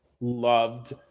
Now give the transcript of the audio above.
Loved